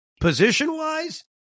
position-wise